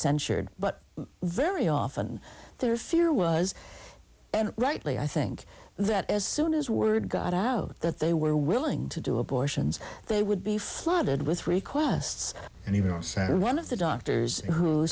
censured but very often their fear was and rightly i think that as soon as word got out that they were willing to do abortions they would be flooded with requests and even one of the doctors who